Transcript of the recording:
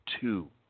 two